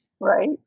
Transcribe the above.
right